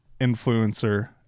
influencer